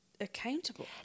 accountable